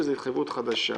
בגלל שזו התחייבות חדשה,